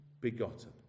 begotten